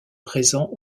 présents